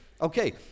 Okay